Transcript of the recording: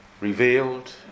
revealed